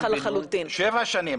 --- שבע שנים.